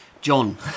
John